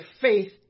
faith